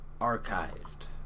archived